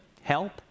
help